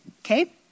Okay